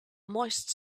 moist